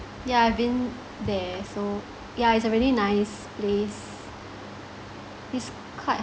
yeah I've been there so yeah it's a really nice place it's quite